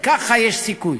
כי ככה יש סיכוי.